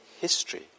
history